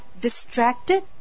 distracted